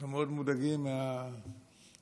אנחנו מאוד מודאגים מהטרפת